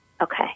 Okay